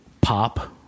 pop